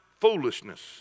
foolishness